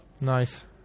Nice